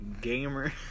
gamer